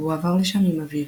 והוא עבר לשם עם אביו.